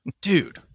Dude